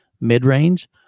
mid-range